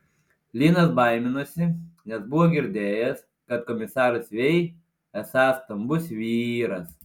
linas baiminosi nes buvo girdėjęs kad komisaras vei esąs stambus vyras